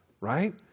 Right